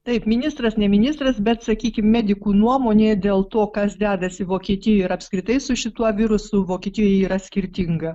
taip ministras ne ministras bet sakykim medikų nuomonė dėl to kas dedasi vokietijoj ir apskritai su šituo virusu vokietijoje yra skirtinga